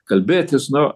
kalbėtis nu